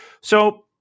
So-